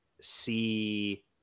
see